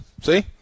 See